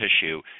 tissue